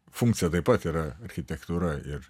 funkcija taip pat yra architektūra ir